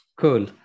Cool